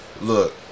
look